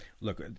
Look